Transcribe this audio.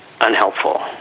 unhelpful